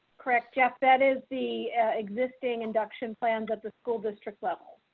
correct. yep. that is the existing induction plan that the school district level,